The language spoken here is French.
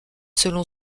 selon